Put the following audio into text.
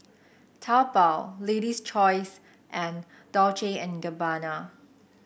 Taobao Lady's Choice and Dolce and Gabbana